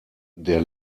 der